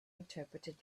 interpreted